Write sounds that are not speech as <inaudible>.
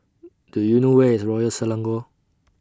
<noise> Do YOU know Where IS Royal Selangor